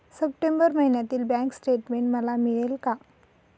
September महिन्यातील bank statement मला मिळेल का?